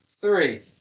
three